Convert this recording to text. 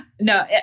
No